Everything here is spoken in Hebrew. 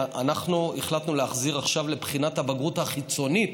אנחנו החלטנו להחזיר עכשיו לבחינת הבגרות החיצונית